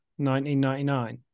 1999